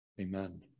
amen